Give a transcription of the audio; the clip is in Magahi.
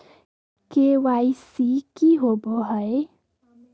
के.वाई.सी की होबो है?